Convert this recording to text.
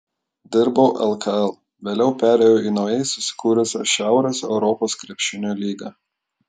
dirbau lkl vėliau perėjau į naujai susikūrusią šiaurės europos krepšinio lygą